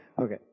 Okay